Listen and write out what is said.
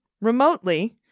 remotely